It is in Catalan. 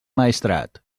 maestrat